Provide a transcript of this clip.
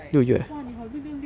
!wah! 你好六六六 orh